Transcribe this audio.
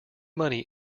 money